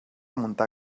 muntar